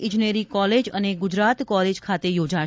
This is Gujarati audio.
ઇજનેરી કોલેજ અને ગુજરાત કોલેજ ખાતે યોજાશે